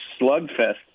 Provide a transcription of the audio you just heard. slugfest